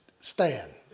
stand